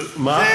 מה?